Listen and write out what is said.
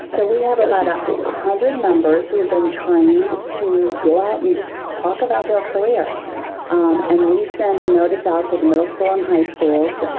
so we have about a hundred members who have been trained to go out and just talk about their career and we send a notice out to the middle school and high schools,